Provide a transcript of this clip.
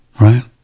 right